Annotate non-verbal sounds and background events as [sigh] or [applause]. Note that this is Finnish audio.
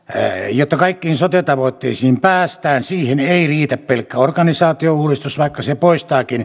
jotta kaikkiin sote tavoitteisiin päästään siihen ei riitä pelkkä organisaatiouudistus vaikka se poistaakin [unintelligible]